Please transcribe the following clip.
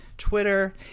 Twitter